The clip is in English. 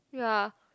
ya